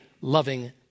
loving